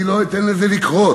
אני לא אתן לזה לקרות,